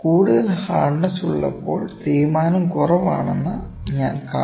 കൂടുതൽ ഹാർഡ്നെസ്ന് ഉള്ളപ്പോൾ തേയ്മാനം കുറവാണെന്ന് ഞാൻ കാണും